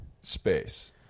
space